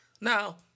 Now